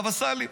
והווסלים.